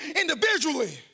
individually